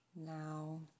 Now